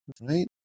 Right